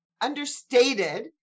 understated